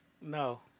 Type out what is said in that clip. No